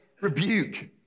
rebuke